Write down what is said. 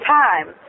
time